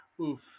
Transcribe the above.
oof